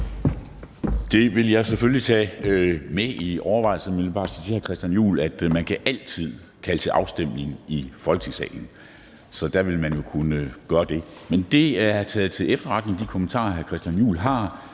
Det vil jeg selvfølgelig tage med i overvejelserne, men jeg vil bare sige til hr. Christian Juhl, at man altid kan kalde til afstemning i Folketingssalen. Så der ville man jo kunne gøre det. Men de kommentarer, hr. Christian Juhl har,